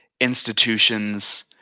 institutions